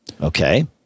okay